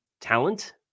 talent